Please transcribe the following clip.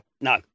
No